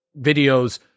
videos